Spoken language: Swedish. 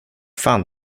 fan